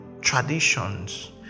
traditions